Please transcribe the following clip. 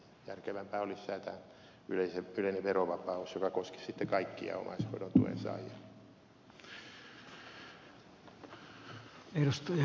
järkevämpää olisi säätää yleinen verovapaus joka koskisi sitten kaikkia omaishoidon tuen saajia